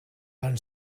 van